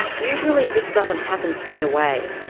usually this doesn't happen straight away.